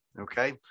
Okay